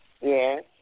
Yes